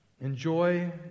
Enjoy